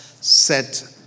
set